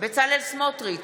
בצלאל סמוטריץ'